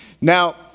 Now